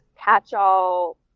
catch-all